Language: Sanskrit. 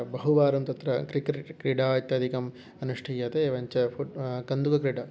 बहुवारं तत्र क्रिक्रेट् क्रीडा इत्यादिकं अनुष्ठीयते एवञ्च फ़ुट् कन्दुकक्रीडा